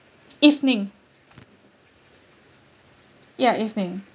evening ya evening